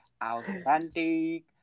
authentic